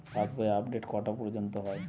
পাশ বই আপডেট কটা পর্যন্ত হয়?